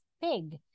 pig